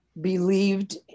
believed